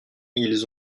ils